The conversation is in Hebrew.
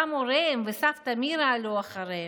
הוריהם וסבתא מירה עלו אחריהם.